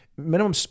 minimum